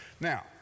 Now